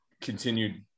continued